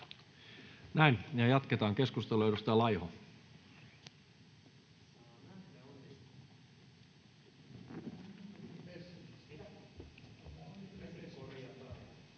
Näin. — Ja jatketaan keskustelua,